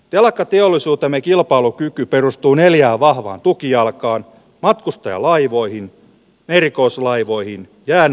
telakkateollisuutemme kilpailukyky perustuu neljä vahvaa tukijalkaan matkustajalaivoihin erikoislaivoihin jään